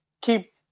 keep –